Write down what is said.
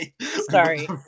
Sorry